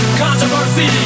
controversy